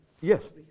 Yes